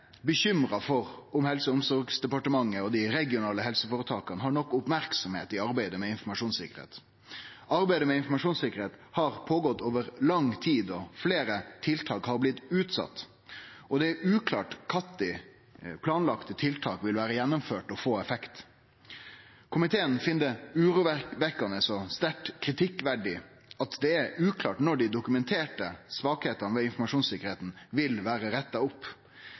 bekymra for om Helse- og omsorgsdepartementet og dei regionale helseføretaka har nok merksemd mot arbeidet med informasjonssikkerheit. Arbeidet med informasjonssikkerheit har vore i gang over lang tid, fleire tiltak har blitt utsette, og det er uklart når planlagde tiltak vil bli gjennomførte og få effekt. Komiteen finn det urovekkjande og sterkt kritikkverdig at det er uklart når dei dokumenterte svakheitene ved informasjonssikkerheita vil vere retta opp.